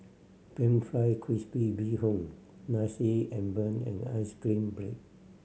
pan fry crispy bee hoon Nasi Ambeng and ice cream bread